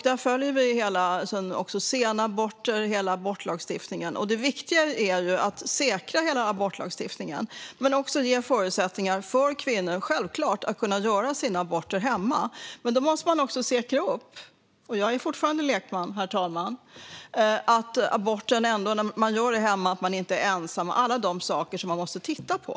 Där följer vi frågan om sena aborter och hela abortlagstiftningen. Det viktiga är att säkra hela abortlagstiftningen men också, självklart, att ge förutsättningar för kvinnor att göra sina aborter hemma. Men - och jag är fortfarande lekman, herr talman - då måste det också säkras att kvinnan inte är ensam när hon gör aborten hemma. Alla de här sakerna måste man titta på.